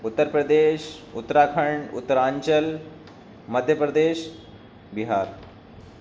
Uttar Pradesh Uttarakhand Uttaranchal Madhya Pradesh Bihar